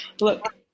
Look